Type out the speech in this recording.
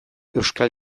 euskal